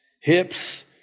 hips